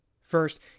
first